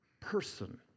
person